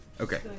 Okay